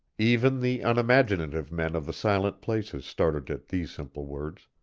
even the unimaginative men of the silent places started at these simple words,